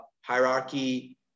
hierarchy